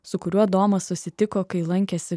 su kuriuo domas susitiko kai lankėsi